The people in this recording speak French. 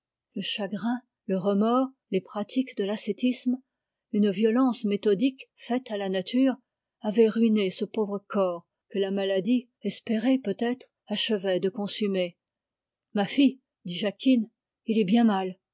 une violence méthodique faite à la nature avait ruiné ce pauvre corps que la maladie désirée peut-être achevait de consumer ah dit jacquine il est bien mal